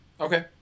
Okay